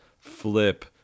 flip